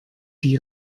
die